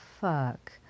fuck